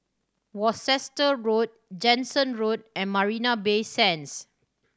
Worcester Road Jansen Road and Marina Bay Sands